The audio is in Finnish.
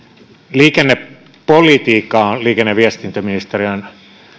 liikennepolitiikka on liikenne ja viestintäministeriön